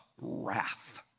wrath